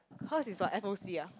hers is what F_O_C ah